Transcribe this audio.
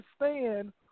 understand